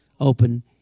open